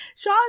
Shaw